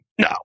no